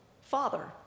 Father